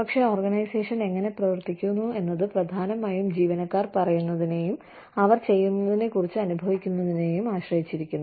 പക്ഷേ ഓർഗനൈസേഷൻ എങ്ങനെ പ്രവർത്തിക്കുന്നു എന്നത് പ്രധാനമായും ജീവനക്കാർ പറയുന്നതിനെയും അവർ ചെയ്യുന്നതിനെ കുറിച്ച് അനുഭവിക്കുന്നതിനെയും ആശ്രയിച്ചിരിക്കുന്നു